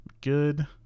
good